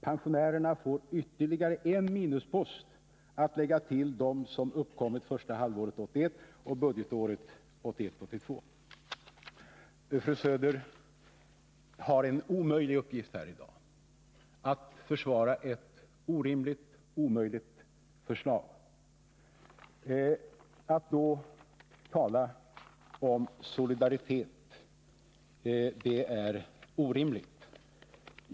Pensionärerna får ytterligare en minuspost att lägga till dem som uppkommit första halvåret 1981 och budgetåret 1981/82. Fru Söder har en omöjlig uppgift här i dag att försvara ett orimligt förslag. Att då tala om solidaritet är orimligt.